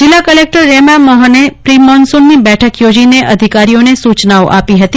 જીલ્લા કલેકટર રેમ્યા મોહને પરી મોન્સુનની બેઠક યોજીને અધિકારીઓને સૂયનાઓ આપવામાં આવી હતી